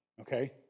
Okay